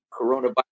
coronavirus